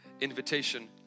invitation